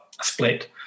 split